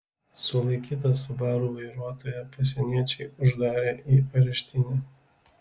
sulaikytą subaru vairuotoją pasieniečiai uždarė į areštinę